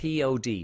POD